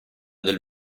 del